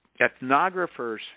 ethnographers